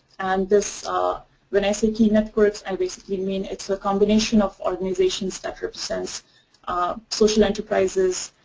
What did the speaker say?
and this ah when i say key networks, i basically mean it's a combination of organizations that represents ah social enterprises,